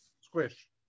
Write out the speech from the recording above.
Squish